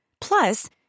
Plus